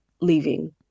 leaving